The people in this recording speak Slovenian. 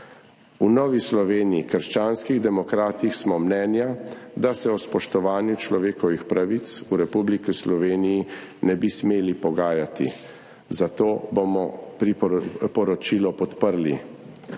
V Novi Sloveniji – krščanskih demokratih smo mnenja, da se o spoštovanju človekovih pravic v Republiki Sloveniji ne bi smeli pogajati, zato bomo priporočilo podprli.